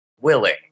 willing